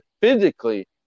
physically